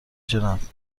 جناب